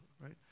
right